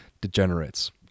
degenerates